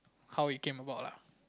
how it came about lah